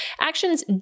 Actions